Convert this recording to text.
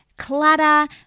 clutter